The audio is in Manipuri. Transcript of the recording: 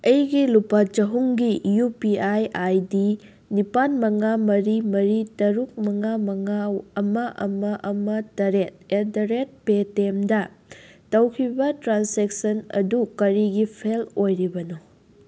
ꯑꯩꯒꯤ ꯂꯨꯄꯥ ꯆꯍꯨꯝꯒꯤ U P I I D ꯅꯤꯄꯥꯜ ꯃꯉꯥ ꯃꯔꯤ ꯃꯔꯤ ꯇꯔꯨꯛ ꯃꯉꯥ ꯃꯉꯥ ꯑꯃ ꯑꯃ ꯑꯃ ꯇꯔꯦꯠ ꯑꯦꯠ ꯗ ꯔꯦꯠ ꯄꯦꯇꯦꯝꯗ ꯇꯧꯈꯤꯕ ꯇ꯭ꯔꯥꯟꯁꯦꯛꯁꯟ ꯑꯗꯨ ꯀꯔꯤꯒꯤ ꯐꯦꯜ ꯑꯣꯏꯔꯤꯕꯅꯣ